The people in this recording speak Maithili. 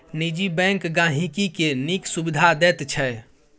निजी बैंक गांहिकी केँ नीक सुबिधा दैत छै